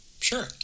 Sure